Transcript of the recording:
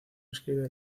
escribe